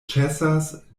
ĉesas